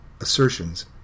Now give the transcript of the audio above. assertions